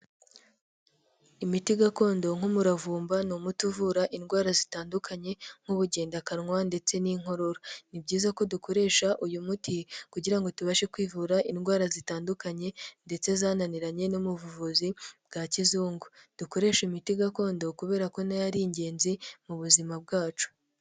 Imiti gakondo nk'umuravumba ni umuti uvura indwara zitandukanye nk'ubugendakanwa ndetse n'inkorora. Ni byiza ko dukoresha uyu muti kugira ngo tubashe kwivura indwara zitandukanye ndetse zananiranye, no mu buvuzi bwa kizungu. Dukoreshe imiti gakondo kubera ko na yo ari ingenzi mu buzima bwacu.